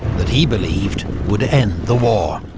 that he believed would end the war.